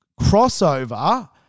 crossover